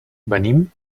venim